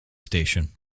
station